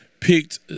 picked